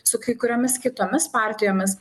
su kai kuriomis kitomis partijomis